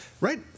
right